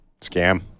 Scam